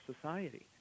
society